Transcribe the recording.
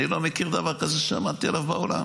אני לא מכיר דבר כזה ששמעתי עליו בעולם.